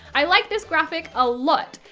i like this graphic a lot!